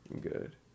good